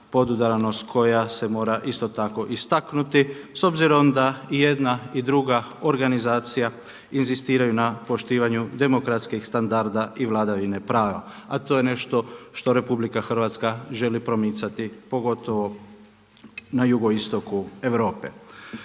podudarnost koja se mora isto tako istaknuti s obzirom da i jedna i druga organizacija inzistiraju na poštivanju demokratskih standarda i vladavine prava, a to je nešto što Republika Hrvatska želi promicati pogotovo na jugoistoku Europe.